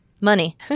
Money